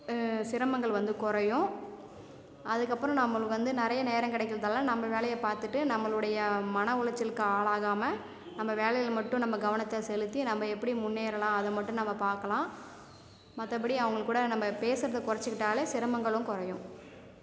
சிரமங்கள் வந்து குறையும் அதுக்கு அப்புறம் நம்மளுக்கு வந்து நெறைய நேரம் கிடைக்கிறதால் நம்ப வேலையை பார்த்துட்டு நம்பளுடைய மன உளைச்சலுக்கு ஆளாகாமல் நம்ப வேலையில் மட்டும் நம்ம கவனத்தை செலுத்தி நம்ப எப்படி முன்னேறலாம் அதை மட்டும் நம்ப பார்க்கலாம் மற்றபடி அவங்கள் கூட நம்ப பேசுறதை குறைச்சிகிட்டாலே சிரமங்களும் குறையும்